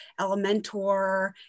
Elementor